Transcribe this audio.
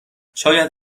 شاید